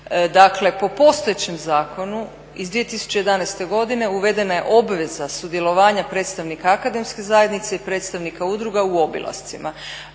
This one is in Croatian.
Dakle, po postojećem zakonu iz 2011. godine uvedena je obveza sudjelovanja predstavnika akademske zajednice i predstavnika udruga u obilascima.